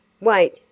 Wait